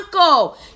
uncle